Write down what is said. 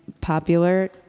popular